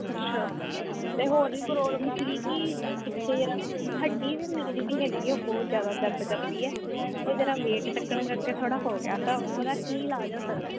ਅੱਛਾ ਅਤੇ ਹੋਰ ਵੀ ਪ੍ਰੋਬਲਮ ਸੀਗੀ ਕਿ ਪਿੱਛੇ ਜਰਾ ਹੱਡੀ ਜਿ ਮੇਰੀ ਜਿਹੜੀ ਹੈਗੀ ਆ ਬਹੁਤ ਜ਼ਿਆਦਾ ਦਰਦ ਕਰਦੀ ਹੈ ਉਹ ਜਰਾ ਵੇਟ ਚੁੱਕਣ ਕਰਕੇ ਥੋੜ੍ਹਾ ਹੋ ਗਿਆ ਤਾਂ ਉਹਦਾ ਕੀ ਇਲਾਜ ਹੋ ਸਕਦਾ